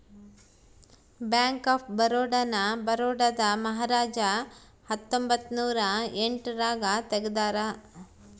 bank of Baroda ನ ಬರೋಡಾದ ಮಹಾರಾಜ ಹತ್ತೊಂಬತ್ತ ನೂರ ಎಂಟ್ ರಾಗ ತೆಗ್ದಾರ